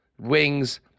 Wings